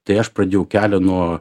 tai aš pradėjau kelią nuo